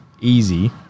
easy